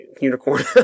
unicorn